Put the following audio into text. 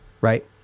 right